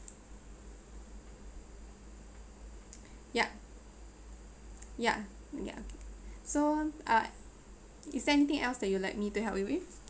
yup ya ya so uh is there anything else that you like me to help you with